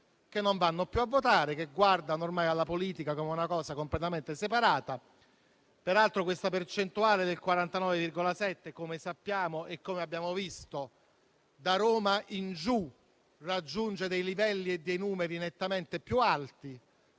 che non vanno più a votare, che guardano ormai alla politica come una cosa completamente separata. Peraltro, questa percentuale del 49,7 - come sappiamo e come abbiamo visto - da Roma in giù raggiunge dei livelli e dei numeri nettamente più alti.